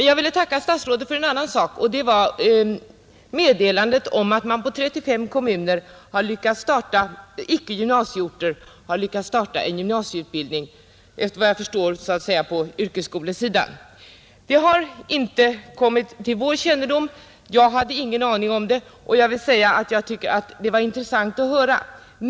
Jag vill tacka statsrådet för en annan sak, och det var meddelandet om att man på 35 icke gymnasieorter har lyckats starta en gymnasieutbildning, efter vad jag förstår på yrkesskolesidan. Det har inte kommit till vår kännedom; jag hade ingen aning om det. Jag tycker att det är intressant att höra.